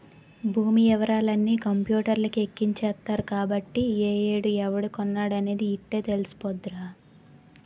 భూమి యివరాలన్నీ కంపూటర్లకి ఎక్కించేత్తరు కాబట్టి ఏ ఏడు ఎవడు కొన్నాడనేది యిట్టే తెలిసిపోద్దిరా